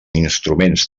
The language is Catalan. instruments